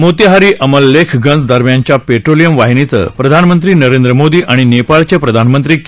मोतीहारी अमलेखगंज दरम्यानच्या पेट्रोलियम वाहिनीचं प्रधानमंत्री नरेंद्र मोदी आणि नेपाळचे प्रधानमंत्री के